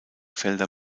felder